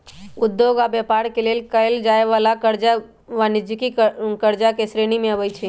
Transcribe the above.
उद्योग आऽ व्यापार के लेल कएल जाय वला करजा वाणिज्यिक करजा के श्रेणी में आबइ छै